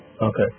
Okay